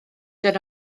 yno